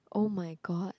oh-my-god